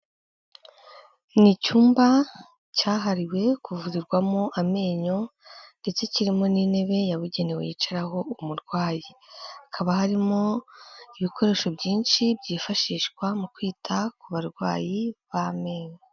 Ni icyumba cyahariwe kuvurirwamo amenyo ndetse kirimo n'intebe yabugenewe yicaraho umurwayi, hakaba harimo ibikoresho byinshi byifashishwa mu kwita ku barwayi b'amenyo.